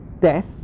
Death